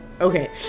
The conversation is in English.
okay